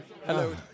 hello